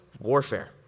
warfare